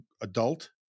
adult